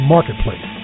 Marketplace